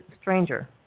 stranger